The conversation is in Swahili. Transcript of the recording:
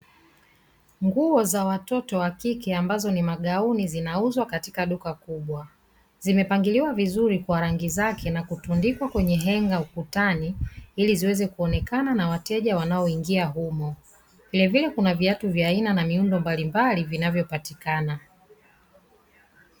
Nguo za watoto wa kike ambazo ni magauni zinauzwa katika duka kubwa. Zimepangiliwa vizuri kwa rangi zake na kutundikwa kwenye henga ukutani ili ziweze kuonekana na wateja wanao ingia humo. Vilevile kuna viatu vya aina na miundo mbalimbali vinavyopatikana.